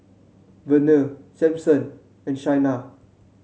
Verner Sampson and Shaina